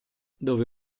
dove